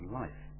life